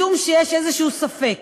מכיוון שיש איזשהו ספק